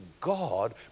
God